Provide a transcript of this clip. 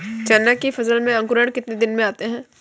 चना की फसल में अंकुरण कितने दिन में आते हैं?